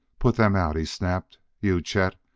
put them out! he snapped. you, chet,